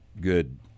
good